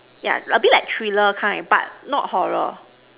yeah a bit like thriller kind but not horror